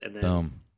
Boom